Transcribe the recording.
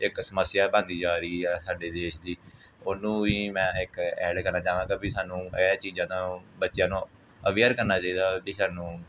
ਇੱਕ ਸਮੱਸਿਆ ਬਣਦੀ ਜਾ ਰਹੀ ਆ ਸਾਡੇ ਦੇਸ਼ ਦੀ ਉਹਨੂੰ ਵੀ ਮੈਂ ਇੱਕ ਐਡ ਕਰਨਾ ਚਾਹਾਂਗਾ ਵੀ ਸਾਨੂੰ ਇਹ ਚੀਜ਼ਾਂ ਨੂੰ ਬੱਚਿਆਂ ਨੂੰ ਅਵੇਅਰ ਕਰਨਾ ਚਾਹੀਦਾ ਵੀ ਸਾਨੂੰ